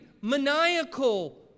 maniacal